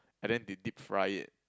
and then they deep fry it